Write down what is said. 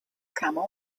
camel